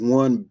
one